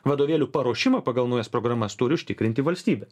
vadovėlių paruošimą pagal naujas programas turi užtikrinti valstybė